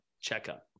check-up